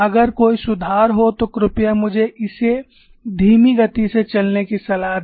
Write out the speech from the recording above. अगर कोई सुधार हो तो कृपया मुझे इसे धीमी गति से चलने की सलाह दें